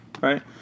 right